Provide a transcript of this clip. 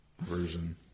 version